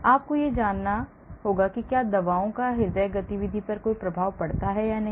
इसलिए आपको यह जानना होगा कि क्या दवाओं का हृदय गतिविधि पर कोई प्रभाव पड़ता है या नहीं